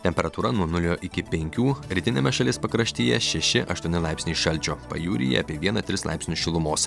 temperatūra nuo nulio iki penkių rytiniame šalies pakraštyje šeši aštuoni laipsniai šalčio pajūryje apie vieną tris laipsnių šilumos